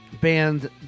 Band